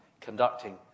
conducting